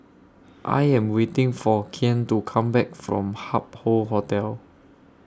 I Am waiting For Kian to Come Back from Hup Hoe Hotel